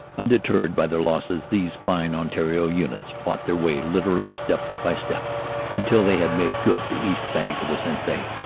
undeterred by their losses these fine ontario units fought their way literally step by step until they had made good the east bank of the sensee.